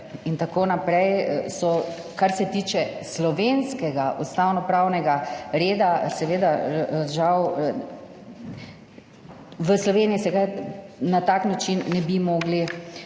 itn., so, kar se tiče slovenskega ustavnopravnega reda, žal v Sloveniji se ga na tak način ne bi mogli